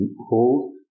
hold